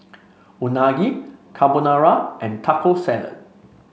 Unagi Carbonara and Taco Salad